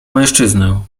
mężczyznę